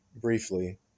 briefly